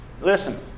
Listen